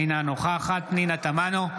אינה נוכחת פנינה תמנו,